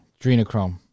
Adrenochrome